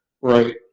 Right